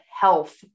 health